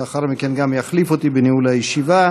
שלאחר מכן גם יחליף אותי בניהול הישיבה.